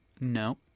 No